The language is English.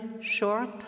short